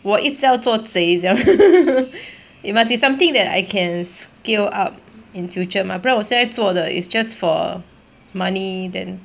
我一直要做贼这样 it must be something that I can scale up in future mah 不然我现在做的 is just for money then